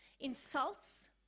insults